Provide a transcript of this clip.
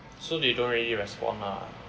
so they don't really respond lah